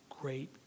great